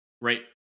Right